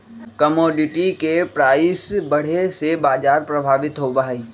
commodity के price बढ़े से बाजार प्रभावित होबा हई